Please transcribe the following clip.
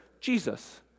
Jesus